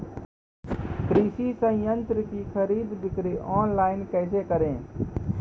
कृषि संयंत्रों की खरीद बिक्री ऑनलाइन कैसे करे?